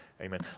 Amen